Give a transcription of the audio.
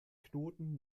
knoten